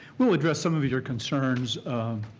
we'll address some of your concerns